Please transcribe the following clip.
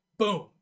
boom